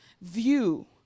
view